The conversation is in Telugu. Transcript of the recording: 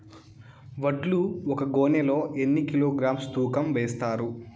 వడ్లు ఒక గోనె లో ఎన్ని కిలోగ్రామ్స్ తూకం వేస్తారు?